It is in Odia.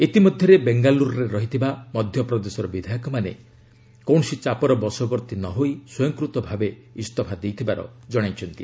ଇତିମଧ୍ୟରେ ବେଙ୍ଗାଲୁରୁରେ ରହିଥିବା ମଧ୍ୟପ୍ରଦେଶର ବିଧାୟକମାନେ କୌଣସି ଚାପର ବସବର୍ତ୍ତୀ ନ ହୋଇ ସ୍ୱୟଂକୃତ ଭାବେ ଇସ୍ତଫା ଦେଇଥିବାର କଣାଇଛନ୍ତି